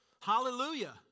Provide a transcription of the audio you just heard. Hallelujah